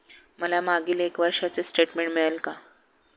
मला मागील एक वर्षाचे स्टेटमेंट मिळेल का?